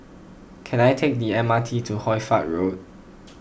can I take the M R T to Hoy Fatt Road